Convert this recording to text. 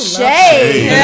Shade